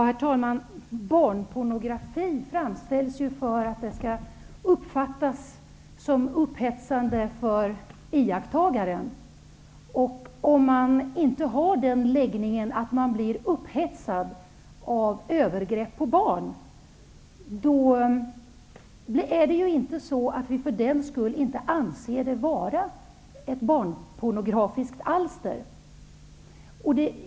Herr talman! Barnpornografi framställs ju för att det skall uppfattas som upphetsande för iakttagaren. Även om man inte har den läggningen att man blir upphetsad av övergrepp på barn, kan man för den skull anse att det är ett barnpornografiskt alster.